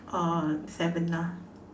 or Savanna